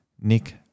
nick